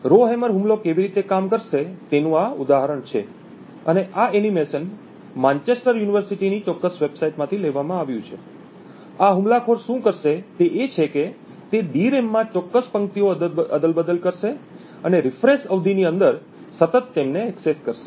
હવે રોહેમર હુમલો કેવી રીતે કામ કરશે તેનું આ ઉદાહરણ છે અને આ એનિમેશન માંચેસ્ટર યુનિવર્સિટીની ચોક્કસ વેબસાઇટમાંથી લેવામાં આવ્યું છે આ હુમલાખોર શું કરશે તે એ છે કે તે ડીરેમ માં ચોક્કસ પંક્તિઓ અદલ બદલ કરશે અને રિફ્રેશ અવધિની અંદર સતત તેમને ઍક્સેસ કરશે